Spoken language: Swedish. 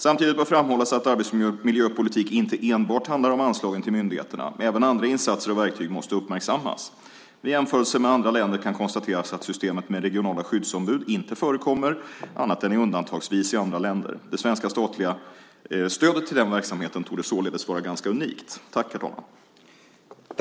Samtidigt bör framhållas att arbetsmiljöpolitik inte enbart handlar om anslagen till myndigheterna. Även andra insatser och verktyg måste uppmärksammas. Vid en jämförelse med andra länder kan konstateras att systemet med regionala skyddsombud inte förekommer annat än undantagsvis i andra länder. Det svenska statliga stödet till den verksamheten torde således vara ganska unikt.